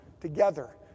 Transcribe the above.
together